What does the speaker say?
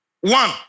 One